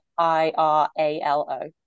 I-R-A-L-O